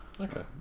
Okay